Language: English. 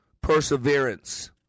perseverance